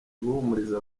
guhumuriza